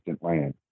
land